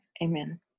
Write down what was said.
amen